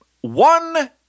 One